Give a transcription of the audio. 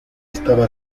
estaba